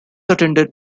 attended